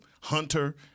hunter